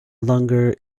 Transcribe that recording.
longer